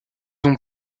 ont